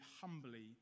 humbly